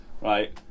right